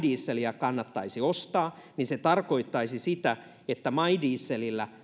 dieseliä kannattaisi ostaa niin se tarkoittaisi sitä että my dieselillä